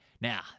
Now